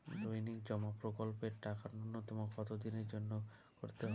দৈনিক জমা প্রকল্পের টাকা নূন্যতম কত দিনের জন্য করতে হয়?